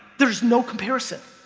there's no comparison